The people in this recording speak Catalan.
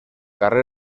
carrer